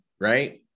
right